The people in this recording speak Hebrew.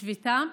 בשביתה.